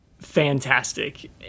fantastic